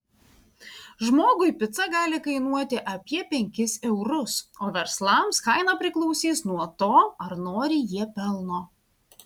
žmogui pica gali kainuoti apie penkis eurus o verslams kaina priklausys nuo to ar nori jie pelno